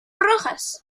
rojas